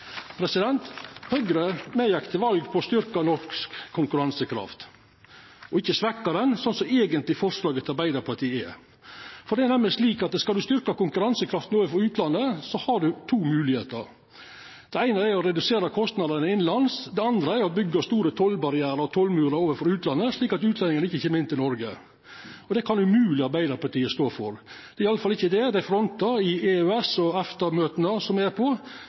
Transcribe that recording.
som eigentleg forslaget til Arbeidarpartiet gjer. Det er nemleg slik at skal ein styrkja konkurransekrafta overfor utlandet, har ein to moglegheiter: Den eine er å redusera kostnadene innanlands. Den andre er å byggja store tollbarrierar og tollmurar overfor utlandet, slik at utlendingane ikkje kjem inn til Noreg. Det kan umogleg Arbeidarpartiet stå for. Det er iallfall ikkje det dei frontar i EØS- og i EFTA-møta som me er på,